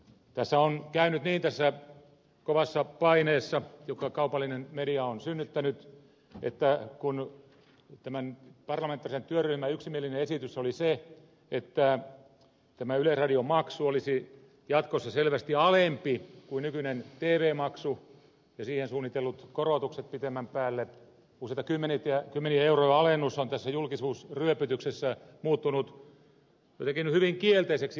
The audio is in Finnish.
tässä kovassa paineessa jonka kaupallinen media on synnyttänyt on käynyt niin että kun tämän parlamentaarisen työryhmän yksimielinen esitys oli se että tämä yleisradiomaksu olisi jatkossa selvästi alempi kuin nykyinen tv maksu ja siihen suunnitellut korotukset pitemmän päälle kymmenien eurojen alennus on tässä julkisuusryöpytyksessä muuttunut jotenkin hyvin kielteiseksi asiaksi